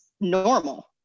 normal